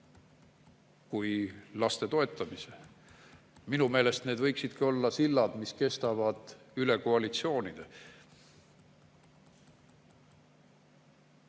ka laste toetamise. Minu meelest need võiksidki olla sillad, mis kestavad üle koalitsioonide. Läheme